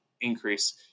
increase